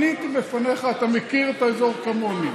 אמרתי, מניתי בפניך, אתה מכיר את האזור כמוני.